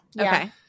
Okay